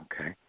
Okay